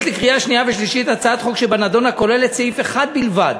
לקריאה שנייה ושלישית הצעת חוק שבנדון הכוללת סעיף אחד בלבד"